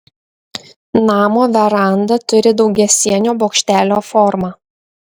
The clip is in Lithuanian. namo veranda turi daugiasienio bokštelio formą